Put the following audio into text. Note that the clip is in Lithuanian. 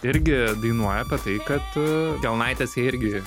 irgi dainuoja apie tai kad kelnaitės jai irgi